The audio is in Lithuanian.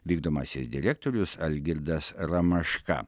vykdomasis direktorius algirdas ramaška